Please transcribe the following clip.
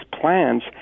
plans